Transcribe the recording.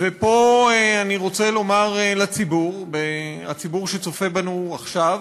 ופה אני רוצה לומר לציבור שצופה בנו עכשיו